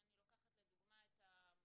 אם אני לוקחת לדוגמא את הצפון,